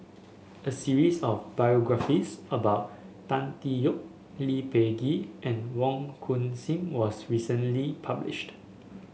a series of biographies about Tan Tee Yoke Lee Peh Gee and Wong Hung Khim was recently published